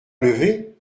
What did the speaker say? levée